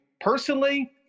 personally